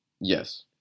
Yes